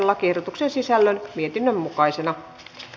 lakiehdotuksen sisällön mietinnön mukaisena